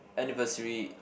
anniversary